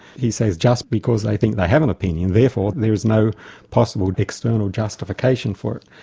he says just because they think they have an opinion, therefore there is no possible external justification for it.